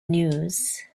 news